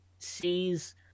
sees